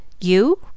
You